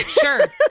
Sure